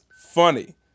funny